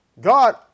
God